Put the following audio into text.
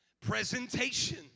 presentation